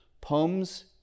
poems